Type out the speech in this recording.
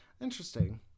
Interesting